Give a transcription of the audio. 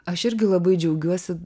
aš irgi labai džiaugiuosi